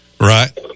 Right